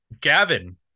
Gavin